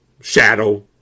Shadow